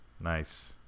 Nice